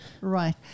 Right